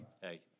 Hey